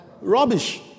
Rubbish